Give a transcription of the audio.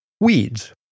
weeds